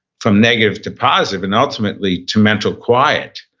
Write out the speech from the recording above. from negative to positive, and ultimately to mental quiet.